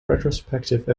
retrospective